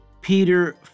Peter